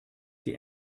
sie